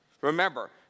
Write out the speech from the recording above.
Remember